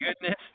goodness